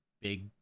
big